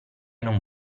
non